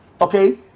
okay